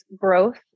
growth